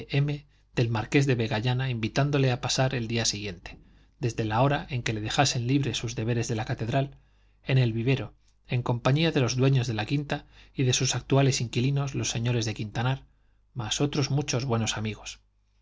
del marqués de vegallana invitándole a pasar el día siguiente desde la hora en que le dejasen libre sus deberes de la catedral en el vivero en compañía de los dueños de la quinta y de sus actuales inquilinos los señores de quintanar más otros muchos buenos amigos